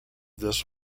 this